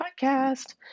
podcast